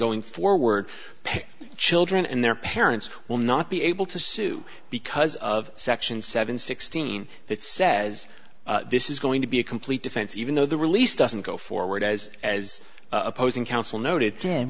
going forward pay children and their parents will not be able to sue because of section seven sixteen that says this is going to be a complete defense even though the release doesn't go forward as as opposing counsel noted jim